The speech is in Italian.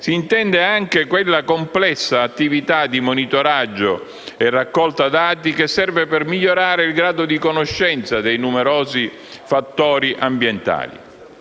si intende anche quella complessa attività di monitoraggio e raccolta dati che serve per migliorare il grado di conoscenza dei numerosi fattori ambientali.